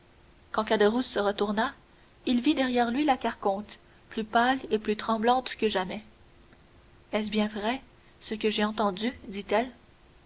caderousse se retourna il vit derrière lui la carconte plus pâle et plus tremblante que jamais est-ce bien vrai ce que j'ai entendu dit-elle